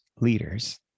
leaders